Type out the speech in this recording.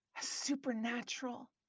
supernatural